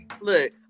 look